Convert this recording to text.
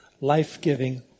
life-giving